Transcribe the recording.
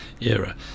era